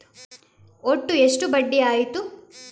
ಒಟ್ಟು ಎಷ್ಟು ಬಡ್ಡಿ ಆಯಿತು?